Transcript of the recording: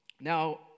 Now